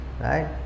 right